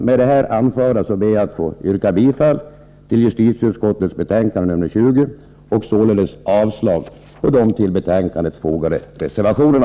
Med det anförda ber jag att få yrka bifall till justitieutskottets hemställan i dess betänkande nr 20 och avslag på de till betänkandet fogade reservationerna.